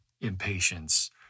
impatience